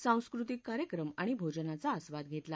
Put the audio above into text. सांस्कृतिक कार्यक्रम आणि भोजनाचा आस्वाद घेतला